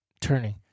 Turning